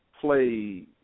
play